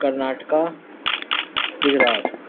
Karnataka Gujarat